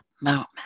moment